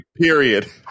period